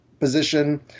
Position